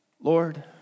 Lord